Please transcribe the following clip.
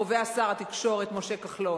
קובע שר התקשורת משה כחלון.